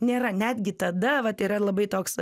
nėra netgi tada vat yra labai toks